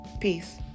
Peace